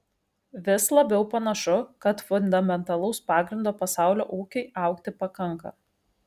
vis labiau panašu kad fundamentalaus pagrindo pasaulio ūkiui augti pakanka